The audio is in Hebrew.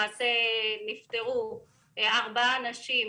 נרצחו אצלנו ארבעה אנשים